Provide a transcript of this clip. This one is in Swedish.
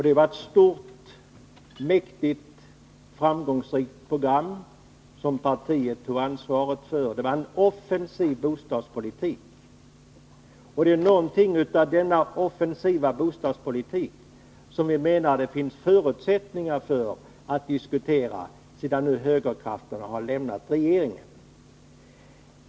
Det var ett stort, viktigt och framgångsrikt program, som partiet tog ansvaret för. Det var en offensiv bostadspolitik. Det är någonting av den politiken som vi menar att det finns förutsättningar att diskutera sedan nu högerkrafterna har lämnat regeringen.